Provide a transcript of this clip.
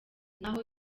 naho